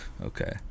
okay